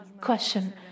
question